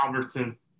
Albertsons